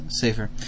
safer